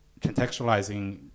contextualizing